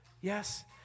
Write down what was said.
yes